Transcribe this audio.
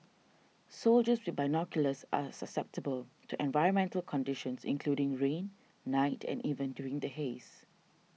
soldiers with binoculars are susceptible to environmental conditions including rain night and even during the haze